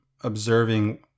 observing